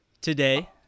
Today